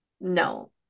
no